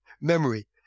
memory